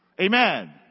Amen